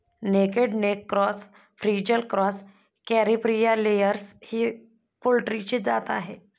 naked neck cross, frizzle cross, Caripriya layers ही पोल्ट्रीची जात आहे